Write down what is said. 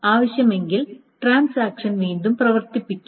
ആവശ്യമെങ്കിൽ ട്രാൻസാക്ഷൻ വീണ്ടും പ്രവർത്തിപ്പിക്കും